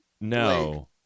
No